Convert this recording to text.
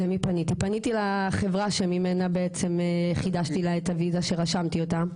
פניתי לחברה שממנה חידשתי לה את הוויזה שרשמתי אותה,